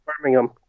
birmingham